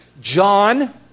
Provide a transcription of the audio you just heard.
John